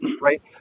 right